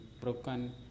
broken